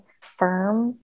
firm